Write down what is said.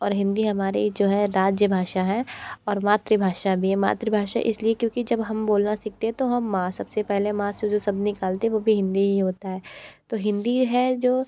और हिंदी हमारे जो है राज्यभाषा हैं और मातृभाषा भी है मातृभाषा इस लिए क्योंकि जब हम बोलना सीखते है तो हम माँ सब से पहले माँ से जो शसब्द निकालते हैं वो भी हिंदी ही होता है तो हिंदी है जो